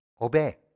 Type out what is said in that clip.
Obey